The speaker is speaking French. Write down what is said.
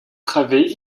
travées